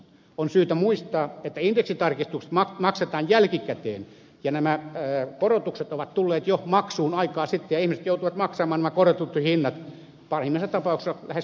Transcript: on syytä muistaa että indeksitarkistukset maksetaan jälkikäteen ja nämä korotukset ovat tulleet jo maksuun aikaa sitten ja ihmiset joutuvat maksamaan nämä korotetut hinnat pahimmassa tapauksessa lähes koko vuoden ajan